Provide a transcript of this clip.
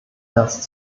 erst